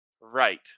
right